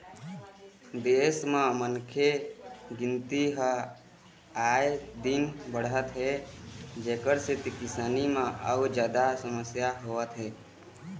देश म मनखे के गिनती ह आए दिन बाढ़त हे जेखर सेती किसानी म अउ जादा समस्या होवत हे